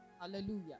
Hallelujah